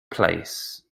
place